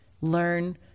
learn